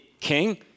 king